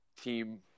team